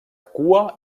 cua